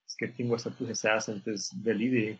skirtingose erdvėse esantys dalyviai